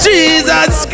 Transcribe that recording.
Jesus